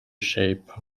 shape